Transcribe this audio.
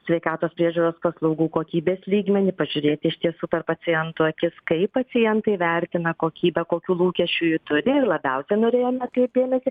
sveikatos priežiūros paslaugų kokybės lygmenį pažiūrėti iš tiesų per pacientų akis kaip pacientai vertina kokybę kokių lūkesčių jie turi ir labiausia norėjom atkreipti dėmesį